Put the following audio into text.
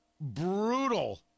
brutal